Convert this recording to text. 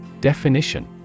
Definition